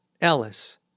Ellis